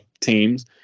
teams